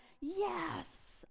yes